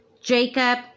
Jacob